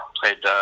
played